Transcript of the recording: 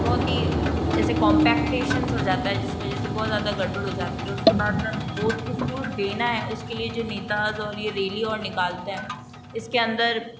बहुत ही ऐसे कॉम्पैक्टेशन्स हो जाता है जिस वजह से बहुत ज़्यादा गड़बड़ हो जाती है उसके बाद में वोट किसको देना है उसके लिए जो नेताज़ और ये रैली और निकालते हैं इसके अंदर